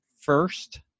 first